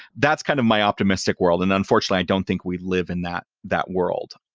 that's kind of my optimistic world. and unfortunately, i don't think we live in that that world.